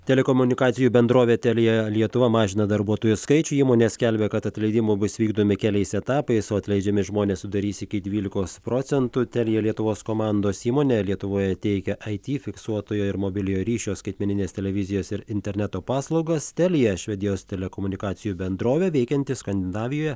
telekomunikacijų bendrovė telia lietuva mažina darbuotojų skaičių įmonė skelbia kad atleidimų bus vykdomi keliais etapais o atleidžiami žmonės sudarys iki dvylikos procentų telia lietuvos komandos įmonė lietuvoje teikia it fiksuotojo ir mobiliojo ryšio skaitmenines televizijos ir interneto paslaugas telia švedijos telekomunikacijų bendrovė veikianti skandinavijoje